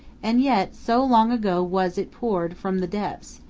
and yet, so long ago was it poured from the depths,